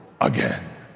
again